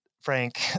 Frank